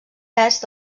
est